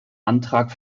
antrag